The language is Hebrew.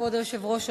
כבוד היושב-ראש,